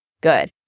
Good